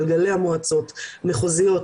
מחוזיות,